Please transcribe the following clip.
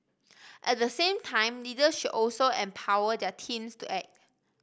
at the same time leaders should also empower their teams to act